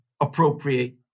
appropriate